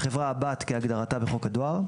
החברה הבת כהגדרתה בחוק הדואר,